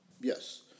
Yes